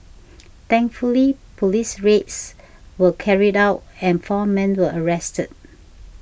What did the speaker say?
thankfully police raids were carried out and four men were arrested